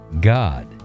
God